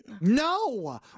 No